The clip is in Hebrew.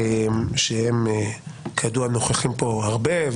שהם כידוע נוכחים פה הרבה,